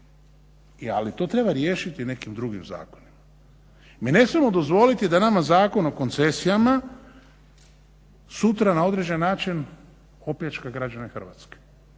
ali to treba riješiti nekim drugim zakonima. Mi ne smijemo dozvoliti da nama Zakon o koncesijama sutra na određen način opljačka građane Hrvatske